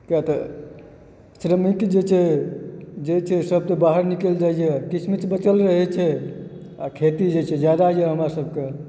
किआतऽ श्रमिक जे छै जे छै सब तऽ बाहर निकलि जाइए किछु मिछु बचल रहैत छै आ खेती जे छै जादा यऽ हमरासबकऽ